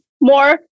more